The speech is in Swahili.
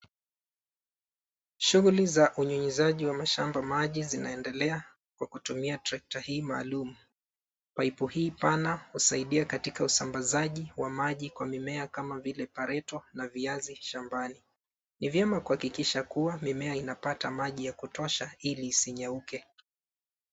Shuguli za unyunyuziaji wa mashamba maji zinaendelea kwa kutumia trekta hii maalum. Paipu hii pana husaidia katika usambazaji wa maji kwa mimea kama vile pareto na viazi shambani. Ni vyema kuhakikisha kuwa mimea inapata maji ya kutosha ili isinyauke.